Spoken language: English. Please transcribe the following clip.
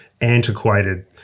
antiquated